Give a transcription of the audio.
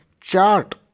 chart